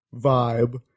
vibe